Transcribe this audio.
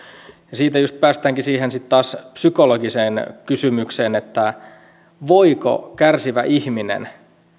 ja siitä juuri päästäänkin sitten taas siihen psykologiseen kysymykseen voiko kärsivä ihminen